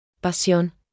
Pasión